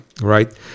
right